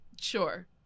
Sure